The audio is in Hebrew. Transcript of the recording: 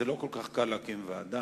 לא כל כך קל להקים ועדה,